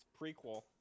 prequel